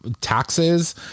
taxes